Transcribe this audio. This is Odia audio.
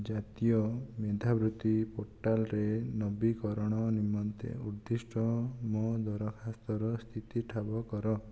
ଜାତୀୟ ମେଧାବୃତ୍ତି ପୋର୍ଟାଲରେ ନବୀକରଣ ନିମନ୍ତେ ଉଦ୍ଦିଷ୍ଟ ମୋ' ଦରଖାସ୍ତର ସ୍ଥିତି ଠାବ କର